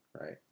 right